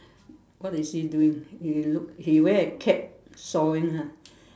what is he doing you look he wear a cap sawing ha